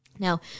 Now